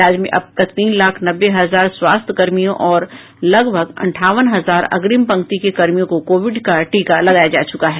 राज्य में अब तक तीन लाख नब्बे हजार स्वास्थ्य कर्मियों और लगभग अंठावन हजार अग्रिम पंक्ति के कर्मियों को कोविड का टीका लगाया जा चुका है